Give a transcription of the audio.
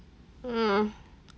uh